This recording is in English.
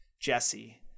Jesse